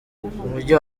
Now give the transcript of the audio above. umujyi